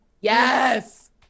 Yes